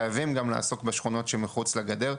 חייבים גם לעסוק בשכונות שמחוץ לגדר.